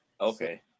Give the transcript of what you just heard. Okay